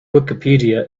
wikipedia